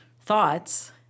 thoughts